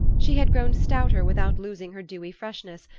she had grown stouter without losing her dewy freshness,